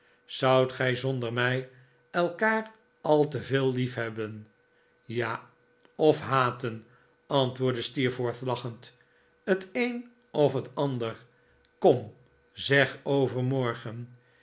zoudt gij zonder mij elkaar al te veel liefhebben ja of haten antwoordde steerforth lachend t een of t ander kom zeg overmorgen